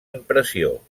impressió